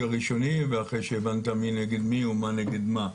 הראשוני ואחרי שהבנת מי נגד מי ומה נגד מה.